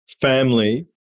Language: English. family